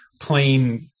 plain